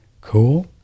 cool